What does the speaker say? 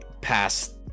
past